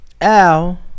Al